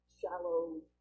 Shallow